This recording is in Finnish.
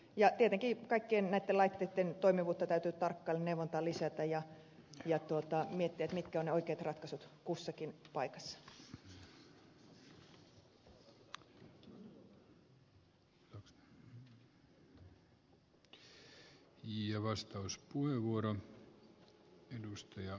ja tietenkin kaikkien näitten laitteitten toimivuutta täytyy tarkkailla neuvontaa lisätä ja miettiä mitkä ovat ne oikeat ratkaisut kussakin paikassa